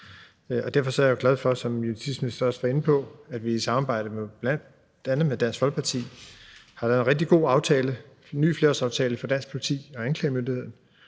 Derfor er jeg glad for, som justitsministeren også var inde på, at vi i samarbejde med bl.a. Dansk Folkeparti har lavet en rigtig god aftale, en ny flerårsaftale, for dansk politi og anklagemyndigheden,